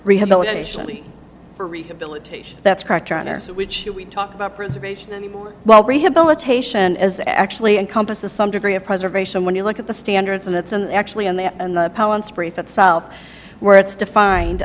rehabilitation for rehabilitation that's which we talked about preservation and well rehabilitation as actually encompasses some degree of preservation when you look at the standards and it's an actually in there and the opponents prefer itself where it's defined